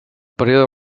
període